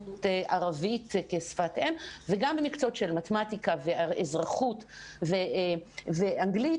ערבית כשפת-אם וגם במקצועות של מתמטיקה ואזרחות ואנגלית.